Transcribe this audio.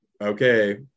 Okay